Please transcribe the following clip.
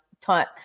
time